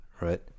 right